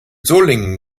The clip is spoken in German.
solingen